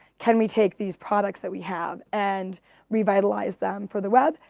can we take these products that we have and revitalize them for the web?